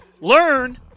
learn